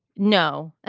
no